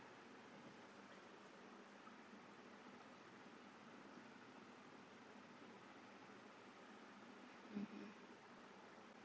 (uh huh)